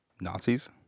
Nazis